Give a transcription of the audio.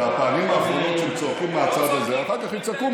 היית מתגאה בזה, מכל העולם.